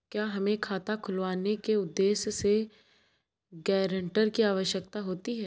क्या हमें खाता खुलवाने के उद्देश्य से गैरेंटर की आवश्यकता होती है?